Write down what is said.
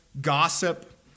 gossip